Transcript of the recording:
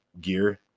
gear